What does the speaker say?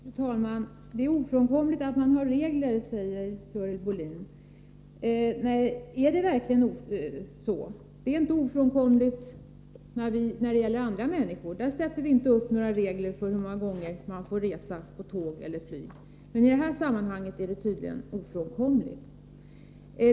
Fru talman! Det är ofrånkomligt att man har regler, säger Görel Bohlin. Är det verkligen så? Det är inte ofrånkomligt när det gäller andra människor —- för dem sätter vi inte upp några regler för hur många gånger man får resa med tåg eller flyg. Men i detta sammanhang är det tydligen ofrånkomligt.